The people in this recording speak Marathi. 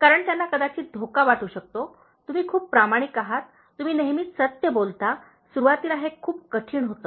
कारण त्यांना कदाचित धोका वाटू शकतो तुम्ही खूप प्रामाणिक आहात तुम्ही नेहमीच सत्य बोलता सुरुवातीला हे खूप कठीण होते